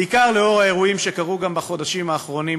בעיקר לאור האירועים שקרו גם בחודשים האחרונים,